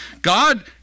God